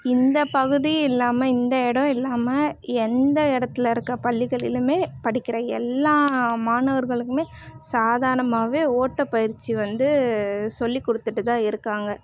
இந்த பகுதி இல்லாமல் இந்த இடம் இல்லாமல் எந்த இடத்துல இருக்க பள்ளிகளிலுமே படிக்கிற எல்லா மாணவர்களுக்குமே சாதாரணமாகவே ஓட்டப்பயிற்சி வந்து சொல்லிக்கொடுத்துட்டு தான் இருக்காங்க